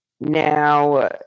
Now